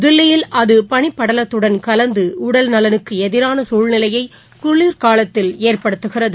தில்லியில் அதுபனிப்படலத்துடன் கலந்துடடல்நலனுக்குஎதிரானசூழ்நிலையைகுளிக்காலத்தில் ஏற்படுத்துகிறது